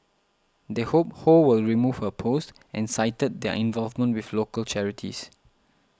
they hope Ho will remove her post and cited their involvement with local charities